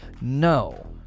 No